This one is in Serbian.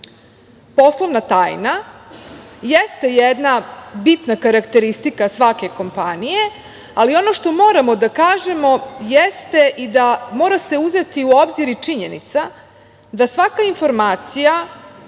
projekte. Poslovna tajna jeste jedna bitna karakteristika svake kompanije, ali ono što moramo da kažemo jeste i mora se uzeti u obzir i činjenica da svaka informacija